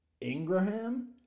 Ingraham